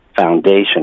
foundation